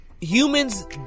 humans